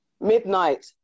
Midnight